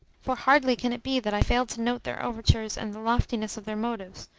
for hardly can it be that i failed to note their overtures and the loftiness of their motives,